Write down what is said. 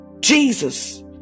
Jesus